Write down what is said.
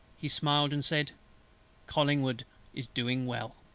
he smiled, and said collingwood is doing well.